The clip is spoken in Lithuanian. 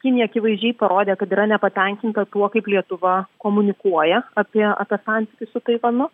kinija akivaizdžiai parodė kad yra nepatenkinta tuo kaip lietuva komunikuoja apie apie santykį su taivanu